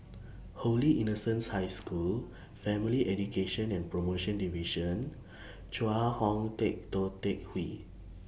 Holy Innocents' High School Family Education and promotion Division Chong Hao Teck Tou Teck Hwee